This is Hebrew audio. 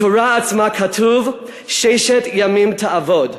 בתורה עצמה כתוב "ששת ימים תעבד".